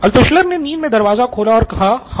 Altshuller ने नींद मे दरवाज़ा खोला और कहा हां